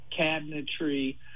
cabinetry